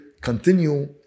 continue